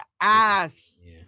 ass